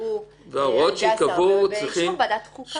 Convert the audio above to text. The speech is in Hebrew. שייקבעו על ידי השר באישור ועדת חוקה.